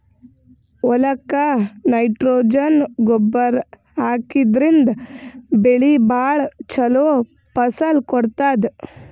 ಹೊಲಕ್ಕ್ ನೈಟ್ರೊಜನ್ ಗೊಬ್ಬರ್ ಹಾಕಿದ್ರಿನ್ದ ಬೆಳಿ ಭಾಳ್ ಛಲೋ ಫಸಲ್ ಕೊಡ್ತದ್